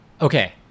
okay